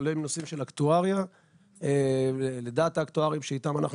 עולים נושאים של אקטואריה ולדעת האקטוארים שאיתם אנחנו